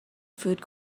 food